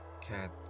cat